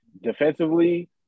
defensively